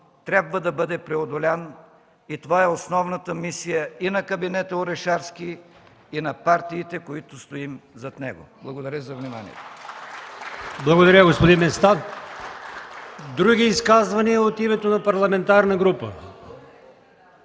трябва да бъде преодолян и това е основната мисия и на кабинета Орешарски, и на партиите, които стоим зад него. Благодаря за вниманието.